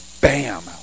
bam